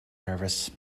nervous